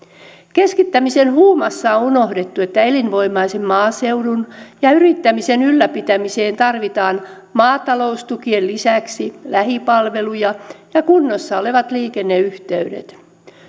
keskittämisen huumassa on unohdettu että elinvoimaisen maaseudun ja yrittämisen ylläpitämiseen tarvitaan maataloustukien lisäksi lähipalveluja ja kunnossa olevat liikenneyhteydet